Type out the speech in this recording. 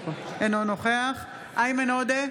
אינו נוכח איימן עודה,